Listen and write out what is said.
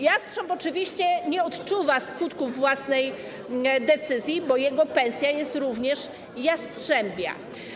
Jastrząb oczywiście nie odczuwa skutków własnej decyzji, bo jego pensja jest również jastrzębia.